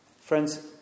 Friends